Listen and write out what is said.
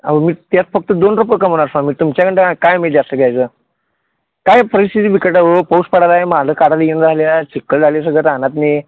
अहो मी त्यात फक्त दोन रुपये कमवणार सर मी तुमच्याकडून काय मी जास्त घ्यायचं काय परिस्थिती बिकट आहे हो पाऊस पडायला लागला आहे माल काढायला येऊन राहिले चिखल झाले आहेत सगळं आणताना